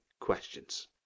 questions